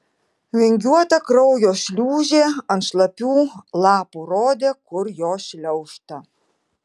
vingiuota kraujo šliūžė ant šlapių lapų rodė kur jo šliaužta